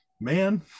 man